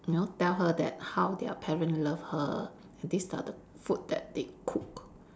you know tell her that how their parent love her and this are the food that they cook